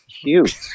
cute